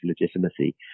legitimacy